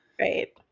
Right